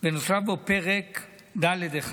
ונוסף בו פרק ד1,